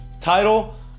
title